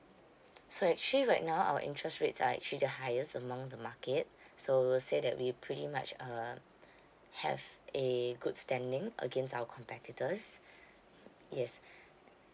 so actually right now our interest rates are actually the highest among the market so say that we pretty much uh have a good standing against our competitors yes